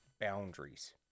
boundaries